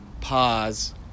pause